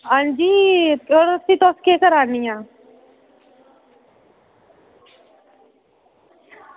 अंजी भी तुस केह् करानी आं